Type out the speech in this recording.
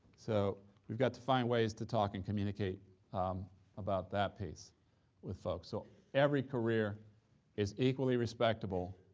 so we've got to find ways to talk and communicate about that piece with folks. so every career is equally respectable,